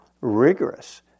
rigorous